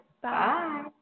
Bye